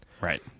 Right